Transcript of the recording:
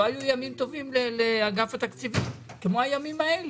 לא היו ימים טובים לאגף התקציבים כמו הימים האלה.